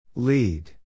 Lead